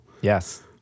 Yes